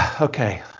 Okay